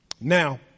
Now